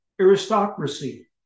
aristocracy